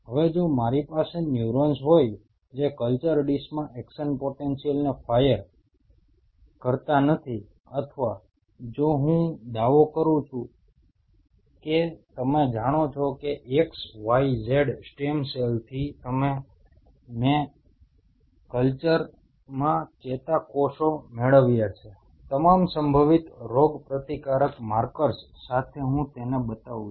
હવે જો મારી પાસે ન્યુરોન્સ હોય જે કલ્ચર ડીશમાં એક્શન પોટેન્શિયલને ફાયર કરતા નથી અથવા જો હું દાવો કરું કે તમે જાણો છો કે x y z સ્ટેમ સેલ્સથી મેં કલ્ચરમાં ચેતાકોષો મેળવ્યા છે તમામ સંભવિત રોગપ્રતિકારક માર્કર્સ સાથે હું તેને બતાવું છું